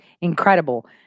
incredible